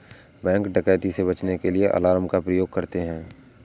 bank डकैती से बचने के लिए अलार्म का प्रयोग करते है